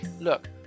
Look